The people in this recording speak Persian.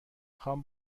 خوام